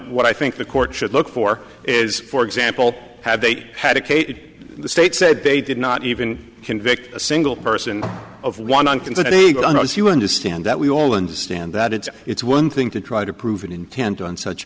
what i think the court should look for is for example have they had a cape the state said they did not even convict a single person of one considered a gun as you understand that we all understand that it's it's one thing to try to prove an intent on such